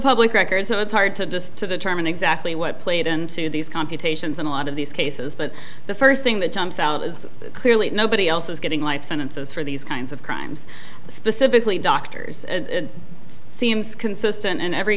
public record so it's hard to determine exactly what played into these computations and a lot of these cases but the first thing that jumps out is clearly nobody else is getting life sentences for these kinds of crimes specifically doctors and it seems consistent in every